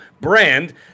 brand